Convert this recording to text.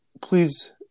please